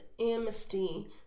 amnesty